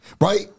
right